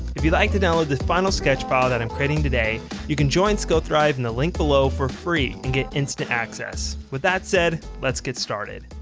if you'd like to download the final sketch file that i'm creating today, you can join skillthrive in the link below for free and get instant access. with that said, let's get started.